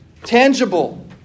Tangible